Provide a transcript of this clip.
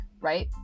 right